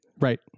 right